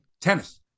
Tennis